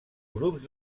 grups